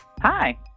Hi